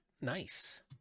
Nice